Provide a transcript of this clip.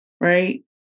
right